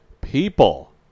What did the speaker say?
people